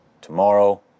tomorrow